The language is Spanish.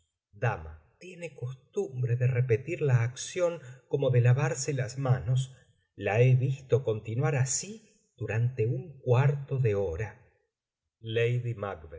dama tiene costumbre de repetir la acción como de lavarse las manos la he visto continuar así durante un cuarto de hora lady